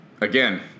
Again